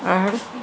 आओर